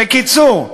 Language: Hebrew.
בקיצור,